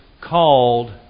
called